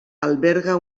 alberga